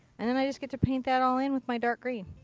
and and i just get to paint that all in with my dark green.